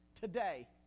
today